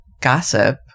gossip